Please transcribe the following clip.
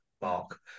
mark